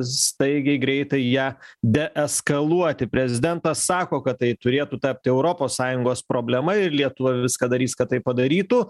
staigiai greitai ją deeskaluoti prezidentas sako kad tai turėtų tapti europos sąjungos problema ir lietuva viską darys kad tai padarytų